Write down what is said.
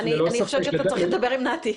אני חושבת שאתה צריך לדבר עם נתי.